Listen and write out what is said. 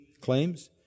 claims